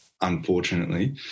unfortunately